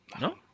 No